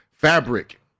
Fabric